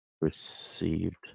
received